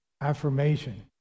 affirmation